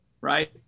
right